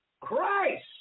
Christ